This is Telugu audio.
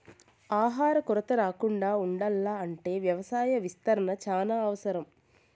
ఆహార కొరత రాకుండా ఉండాల్ల అంటే వ్యవసాయ విస్తరణ చానా అవసరం